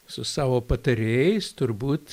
su savo patarėjais turbūt